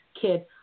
Kid